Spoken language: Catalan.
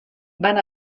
van